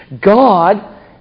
God